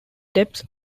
depths